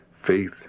faith